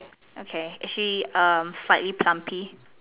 okay is she err slightly plumpy